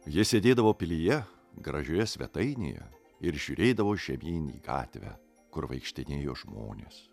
ji sėdėdavo pilyje gražioje svetainėje ir žiūrėdavo žemyn į gatvę kur vaikštinėjo žmonės